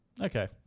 Okay